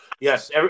Yes